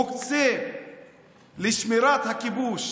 מוקצה לשמירת הכיבוש